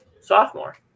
sophomore